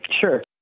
Sure